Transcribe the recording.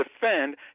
defend